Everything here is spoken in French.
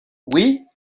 oui